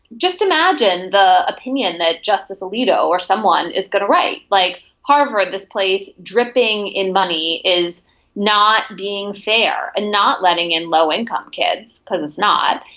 just imagine the opinion that justice alito or someone is going to write like harvard this place dripping in money is not being fair and not letting in low income kids is not.